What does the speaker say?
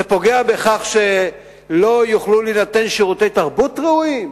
זה פוגע בכך שלא יוכלו להינתן שירותי תרבות ראויים?